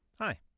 Hi